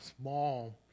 small